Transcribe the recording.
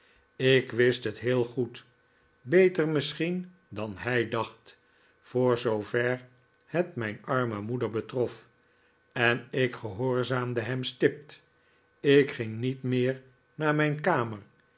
ik wist het heel goed beter misschien dan hij dacht voor zoover het mijn arme moeder betrof en ik gehoorzaamde hem stipt ik ging niet meer naar mijn kamerj